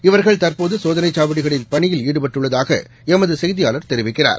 இவர்கள் தற்போதுசோதனைசாவடிகளில் பணியில் ஈடுபட்டுள்ளதாகளமதுசெய்தியாளர் தெரிவிக்கிறார்